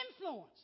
influence